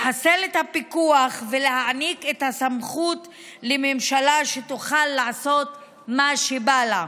לחסל את הפיקוח ולהעניק את הסמכות לממשלה שתוכל לעשות מה שבא לה.